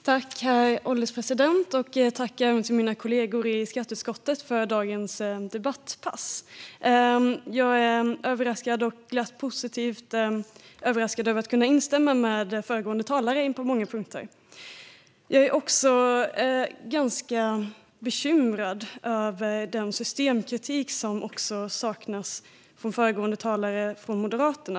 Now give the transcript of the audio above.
Herr ålderspresident! Jag vill tacka mina kollegor i skatteutskottet för dagens debatt. Jag är positivt överraskad över att kunna instämma med föregående talare på många punkter. Jag är också ganska bekymrad över den systemkritik som saknas från föregående talare från Moderaterna.